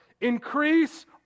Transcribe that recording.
increase